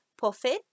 Puffin